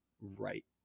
right